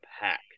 hack